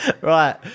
right